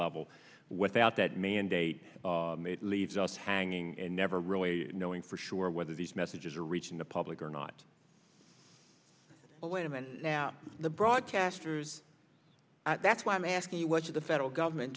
level without that mandate leaves us hanging and never really knowing for sure whether these messages are reaching the public or not oh wait a minute now the broadcasters that's why i'm asking you what should the federal government